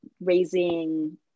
raising